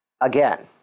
Again